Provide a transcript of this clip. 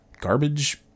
garbage